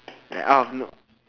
like out of no